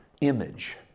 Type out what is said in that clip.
image